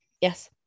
Yes